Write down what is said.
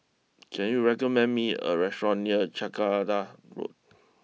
can you recommend me a restaurant near Jacaranda Road